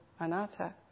anatta